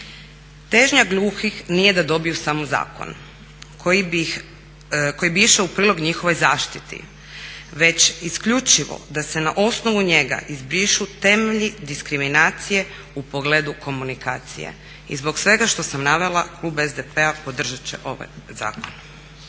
Težnja gluhih nije da dobiju samo zakon koji bi išao u prilog njihovoj zaštiti već isključivo da se na osnovu njega izbrišu temelji diskriminacije u pogledu komunikacije. I zbog svega što sam navela klub SDP-a podržat će ovaj zakon.